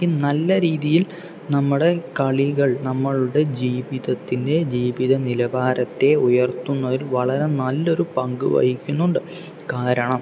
ഈ നല്ല രീതിയിൽ നമ്മുടെ കളികൾ നമ്മളുടെ ജീവിതത്തിൻ്റെ ജീവിത നിലവാരത്തെ ഉയർത്തുന്നതിൽ വളരെ നല്ലൊരു പങ്കുവഹിക്കുന്നുണ്ട് കാരണം